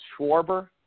Schwarber